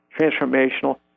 transformational